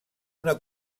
una